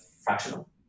fractional